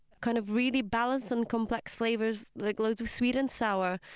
kind of really balanced and complex flavors, like loads of sweet and sour,